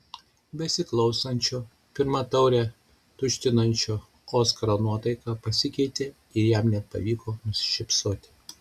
besiklausančio pirmą taurę tuštinančio oskaro nuotaika pasikeitė ir jam net pavyko nusišypsoti